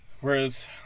whereas